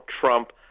Trump